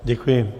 Děkuji.